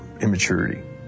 immaturity